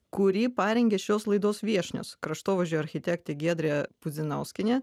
kurį parengė šios laidos viešnios kraštovaizdžio architektė giedrė puzinauskienė